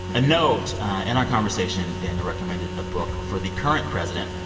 a note in our conversation, daniel recommended a book for the current president.